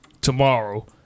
tomorrow